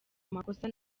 makosa